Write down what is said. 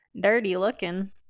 Dirty-looking